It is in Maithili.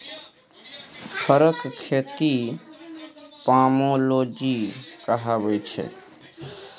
फरक खेती पामोलोजी कहाबै छै